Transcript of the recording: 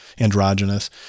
androgynous